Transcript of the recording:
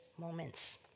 moments